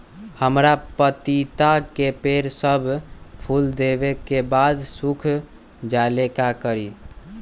हमरा पतिता के पेड़ सब फुल देबे के बाद सुख जाले का करी?